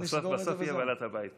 בסוף היא בעלת הבית פה.